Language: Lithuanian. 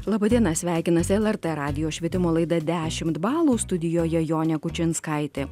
laba diena sveikinasi lrt radijo švietimo laida dešimt balų studijoje jonė kučinskaitė